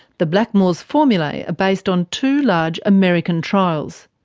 the blackmores formulae based on two large american trials,